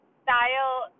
style